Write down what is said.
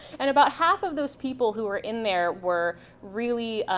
and about half of those people who were in there were really,